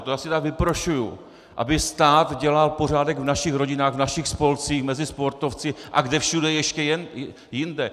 To si teda vyprošuju, aby stát dělal pořádek v našich rodinách, v našich spolcích, mezi sportovci a kde všude ještě jinde!